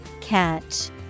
Catch